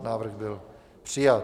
Návrh byl přijat.